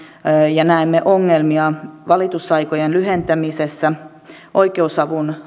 ja näemme ongelmia valitusaikojen lyhentämisessä oikeusavun